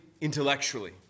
intellectually